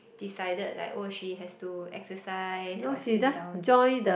decided like oh she has to exercise or slim down